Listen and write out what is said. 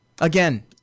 Again